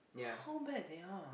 how bad they are